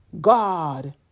God